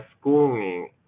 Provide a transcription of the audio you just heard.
schooling